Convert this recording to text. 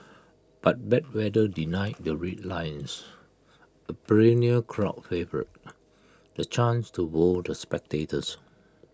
but bad weather denied the Red Lions A perennial crowd favourite the chance to wow the spectators